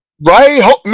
Right